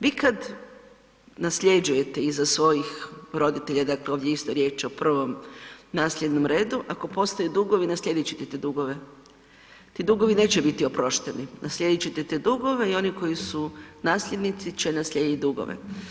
Vi kad nasljeđujete iza svojih roditelja dakle, ovdje je isto riječ o prvom nasljednom redu, ako postoje dugovi naslijedit ćete te dugove, ti dugovi neće biti oprošteni, naslijedit ćete te dugove i oni koji su nasljednici će naslijediti dugove.